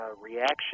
reaction